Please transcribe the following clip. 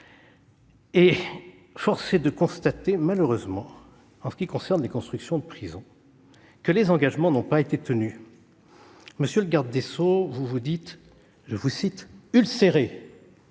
Force est de constater, malheureusement, en ce qui concerne les constructions de prisons, que les engagements n'ont pas été tenus. Monsieur le garde des sceaux, vous vous dites « ulcéré »